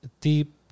deep